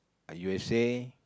u_s_a